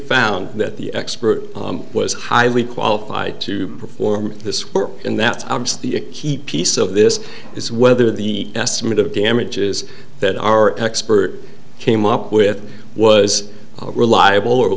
found that the expert was highly qualified to perform this work and that's the key piece of this is whether the estimate of damages that our expert came up with was reliable or at